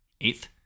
eighth